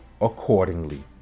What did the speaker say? accordingly